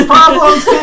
Problems